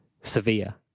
Sevilla